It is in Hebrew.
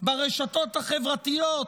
ברשתות החברתיות,